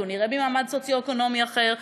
כי הוא נראה ממעמד סוציו-אקונומי אחר,